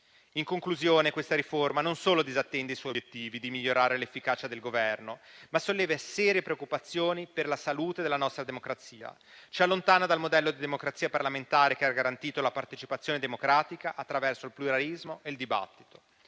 In conclusione, questa riforma non solo disattende i suoi obiettivi di migliorare l'efficacia del Governo, ma solleva anche serie preoccupazioni per la salute della nostra democrazia e ci allontana dal modello di democrazia parlamentare che ha garantito la partecipazione democratica attraverso il pluralismo e il dibattito.